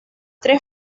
tres